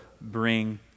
bring